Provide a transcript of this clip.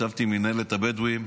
ישבתי עם מינהלת הבדואים,